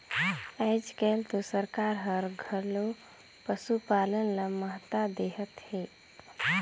आयज कायल तो सरकार हर घलो पसुपालन ल महत्ता देहत हे